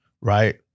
right